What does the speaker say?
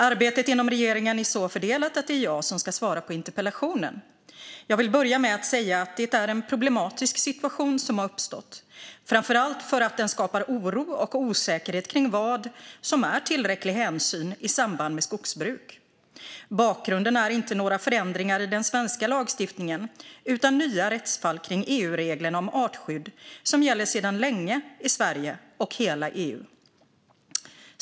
Arbetet inom regeringen är så fördelat att det är jag som ska svara på interpellationen. Jag vill börja med att säga att det är en problematisk situation som har uppstått, framför allt för att den skapar oro och osäkerhet kring vad som är tillräcklig hänsyn i samband med skogsbruk. Bakgrunden är inte några förändringar i den svenska lagsstiftningen utan nya rättsfall kring EU-reglerna om artskydd som gäller sedan länge i Sverige och hela EU.